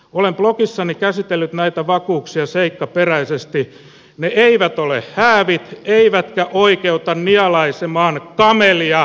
olen blogissani käsitellyt näitä vakuuksia seikkaperäisesti ne eivät ole häävit eivätkä oikeuta nielaisemaan kamelia hyttysen hinnalla